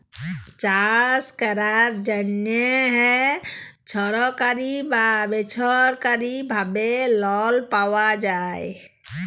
চাষ ক্যরার জ্যনহে ছরকারি বা বেছরকারি ভাবে লল পাউয়া যায়